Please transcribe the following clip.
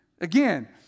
Again